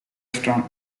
strong